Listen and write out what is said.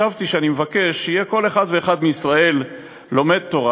השבתי שאני מבקש שיהיה כל אחד ואחד מישראל לומד תורה